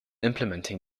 implementing